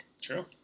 True